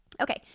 Okay